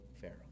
Pharaoh